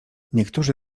niektórzy